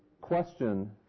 question